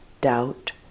doubt